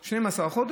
של 12 חודש.